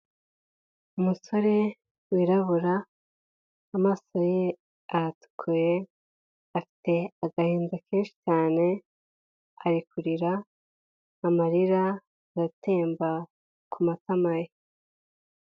Umusore wirabura, amaso ye aratukuye afite agahinda kenshi cyane ari kurira, amarira aratemba kumatama ye.